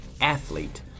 athlete